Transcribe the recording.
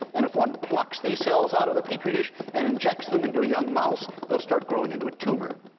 and if one plucks these cells out of the petri dish and injects them into a young mouse, they'll start growing into a tumor.